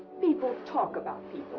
people talk about